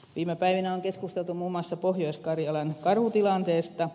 viime päivinä on keskusteltu muun muassa pohjois karjalan karhutilanteesta